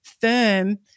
firm